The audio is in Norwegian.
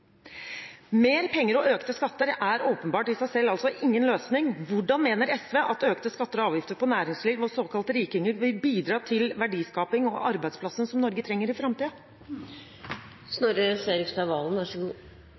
Mer penger og økte skatter er åpenbart i seg selv altså ingen løsning. Hvordan mener SV at økte skatter og avgifter på næringsliv og såkalte rikinger vil bidra til verdiskaping og arbeidsplassene som Norge trenger i framtida?